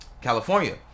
California